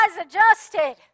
adjusted